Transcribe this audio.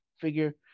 figure